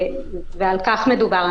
ועל כך מדובר.